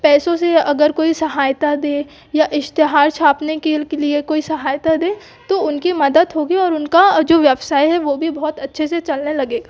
पैसों से अगर कोई सहायता दें या इश्तेहार छापने के लिए कोई सहायता दे तो उनकी मदद होगी और उनका जो व्यवसाय है वो भी बहुत अच्छे से चलने लगेगा